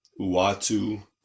Uatu